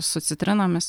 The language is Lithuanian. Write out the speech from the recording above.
su citrinomis